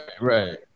right